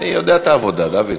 והצעת, אני יודע את העבודה, דוד.